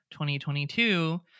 2022